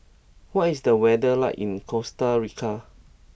what is the weather like in Costa Rica